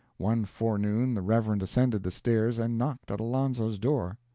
one forenoon the reverend ascended the stairs and knocked at alonzo's door.